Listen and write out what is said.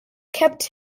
kept